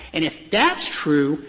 and if that's true,